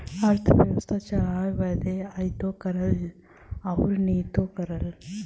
अरथबेवसथा चलाए बदे आयातो करला अउर निर्यातो करला